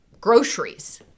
groceries